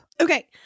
Okay